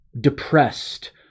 depressed